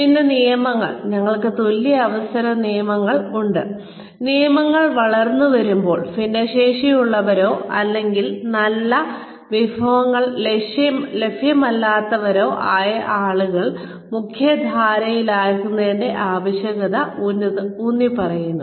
പിന്നെ നിയമങ്ങൾ ഞങ്ങൾക്ക് തുല്യ അവസര നിയമങ്ങൾ ഉണ്ട് നിയമങ്ങൾ വളർന്നുവരുമ്പോൾ ഭിന്നശേഷിയുള്ളവരോ അല്ലെങ്കിൽ വളരെ നല്ല വിഭവങ്ങൾ ലഭ്യമല്ലാത്തവരോ ആയ ആളുകളെ മുഖ്യധാരയാക്കേണ്ടതിന്റെ ആവശ്യകത ഊന്നിപ്പറയുന്നു